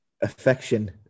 affection